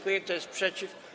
Kto jest przeciw?